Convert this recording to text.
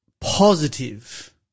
positive